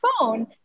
phone